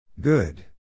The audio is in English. Good